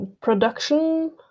production